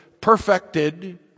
perfected